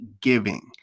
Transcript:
giving